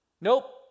Nope